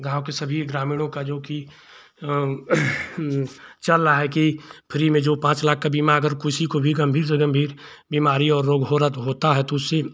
गाँव के सभी ग्रामीणों का जोकि चल रहा है कि फ्री में जो पाँच लाख का बीमा अगर किसी को भी गम्भीर से गम्भीर बीमारी और रोग हो र होता है तो उसी